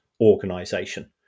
organization